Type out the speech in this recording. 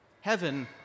Heaven